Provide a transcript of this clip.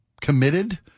committed